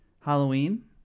Halloween